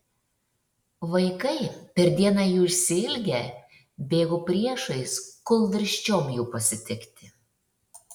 vaikai per dieną jų išsiilgę bėgo priešais kūlvirsčiom jų pasitikti